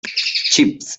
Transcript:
chips